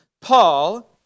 Paul